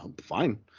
fine